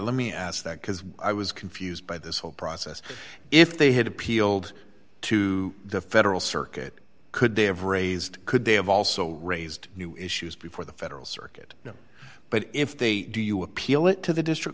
let me ask that because i was confused by this whole process if they had appealed to the federal circuit could they have raised could they have also raised new issues before the federal circuit but if they do you appeal it to the district